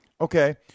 Okay